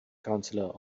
counselor